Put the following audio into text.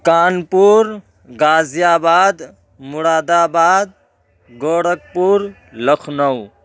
Kanpur Ghaziabad Moradabad Gorakhpur Lucknow